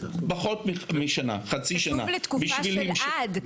פחות משנה חצי שנה --- כתוב לתקופה של עד שנה.